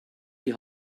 die